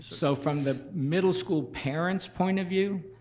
so from the middle school parents' point of view,